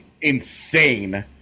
insane